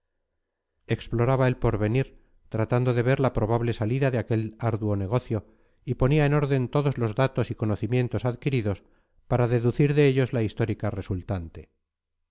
exploraba el porvenir tratando de ver la probable salida de aquel arduo negocio y ponía en orden todos los datos y conocimientos adquiridos para deducir de ellos la histórica resultante